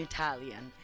Italian